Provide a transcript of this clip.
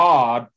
God